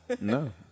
No